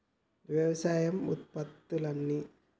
వ్యవసాయ ఉత్పత్తుల్ని